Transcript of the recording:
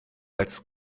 als